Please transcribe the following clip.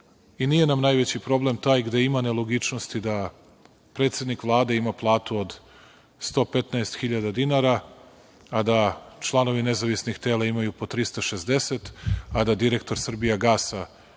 Nije nam najveći problem taj gde ima nelogičnosti da predsednik Vlade ima platu od 115.000 dinara, da članovi nezavisnih tela imaju po 360.000, a da direktor „Srbijagasa“